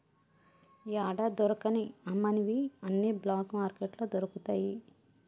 యాడా దొరకని అమ్మనివి అన్ని బ్లాక్ మార్కెట్లో దొరుకుతయి